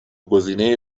گزینه